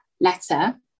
letter